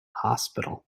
hospital